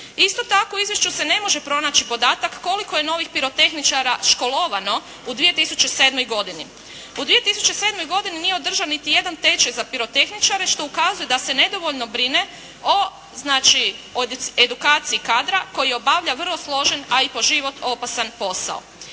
Isto tako, u izvješću se ne može pronaći podatak koliko je novih pirotehničara školovano u 2007. godini. U 2007. godini nije održan niti jedan tečaj za pirotehničare, što ukazuje da se nedovoljno brine o edukaciji kadra koji obavlja vrlo složen, a i po život opasan posao.